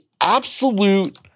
absolute